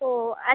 ও আচ্ছা